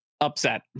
upset